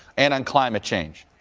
and and climate change.